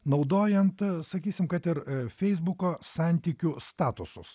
naudojant sakysim kad ir feisbuko santykių statusus